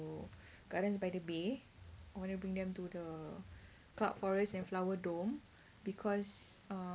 gardens by the bay I'm gonna bring them to the cloud forest and flower dome because uh